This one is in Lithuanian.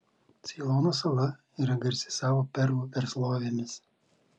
ceilono sala yra garsi savo perlų verslovėmis